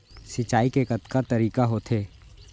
सिंचाई के कतका तरीक़ा होथे?